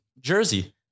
Jersey